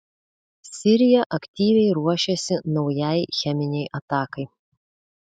sirija aktyviai ruošėsi naujai cheminei atakai